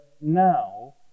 now